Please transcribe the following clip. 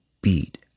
beat